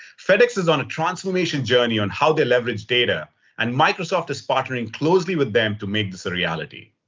fedex is on a transformation journey on how they leverage data and microsoft is partnering closely with them to make this a reality.